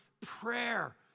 Prayer